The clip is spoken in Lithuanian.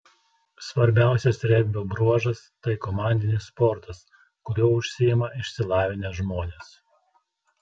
svarbiausias regbio bruožas tai komandinis sportas kuriuo užsiima išsilavinę žmonės